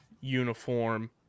uniform